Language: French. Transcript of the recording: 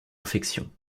infection